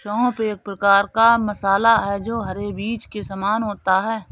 सौंफ एक प्रकार का मसाला है जो हरे बीज के समान होता है